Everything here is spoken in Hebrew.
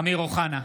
אמיר אוחנה,